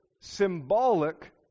symbolic